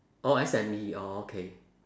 orh S_M_E orh okay